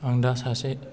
आं दा सासे